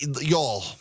Y'all